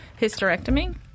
hysterectomy